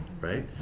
right